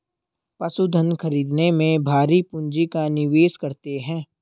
पशुधन खरीदने में भारी पूँजी का निवेश करते हैं